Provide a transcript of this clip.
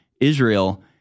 Israel